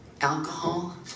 alcohol